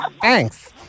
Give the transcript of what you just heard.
Thanks